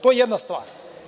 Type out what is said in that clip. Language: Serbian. To je jedna stvar.